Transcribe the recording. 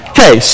Okay